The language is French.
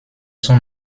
son